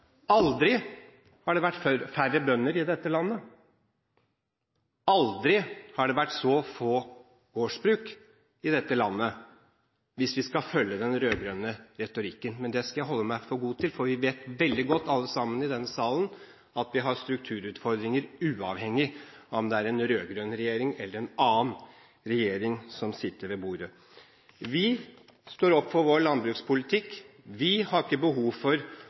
Aldri har det vært færre bønder i dette landet, aldri har det vært så få gårdsbruk i dette landet – hvis vi skal følge den rød-grønne retorikken. Jeg skal holde meg for god til det, for vi vet veldig godt alle sammen i denne salen at vi har strukturutfordringer, uavhengig av om det er en rød-grønn regjering eller en annen regjering som sitter ved bordet. Vi står opp for vår landbrukspolitikk. Nå skal jeg svare Holmelid: Vi